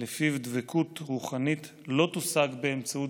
שלפיו דבקות רוחנית לא תושג באמצעות